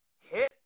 Hit